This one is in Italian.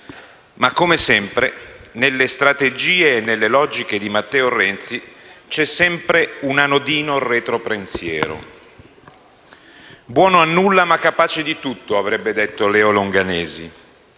Ma come sempre nelle strategie e nelle logiche di Matteo Renzi c'è sempre un anodino retro pensiero. Buono a nulla ma capace di tutto, avrebbe detto Leo Longanesi,